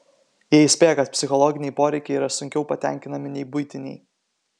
jie įspėja kad psichologiniai poreikiai yra sunkiau patenkinami nei buitiniai